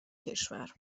کشور